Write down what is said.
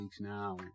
now